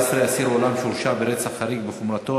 14) (אסיר עולם שהורשע ברצח חריג בחומרתו),